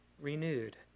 renewed